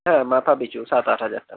হ্যাঁ মাথা পিছু সাত আট হাজার টাকা